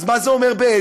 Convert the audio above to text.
אז מה זה אומר בעצם?